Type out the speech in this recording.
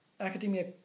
academia